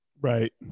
right